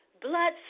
blood